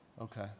Okay